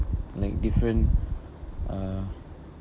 like different uh